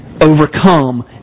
overcome